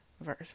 verse